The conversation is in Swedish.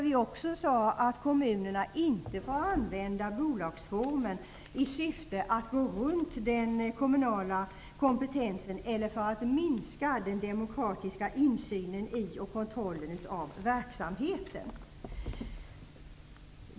Vi framhöll att kommunerna inte får använda bolagsform för att kringgå den kommunala kompetensen eller för att minska den demokratiska insynen i och kontrollen av verksamheten.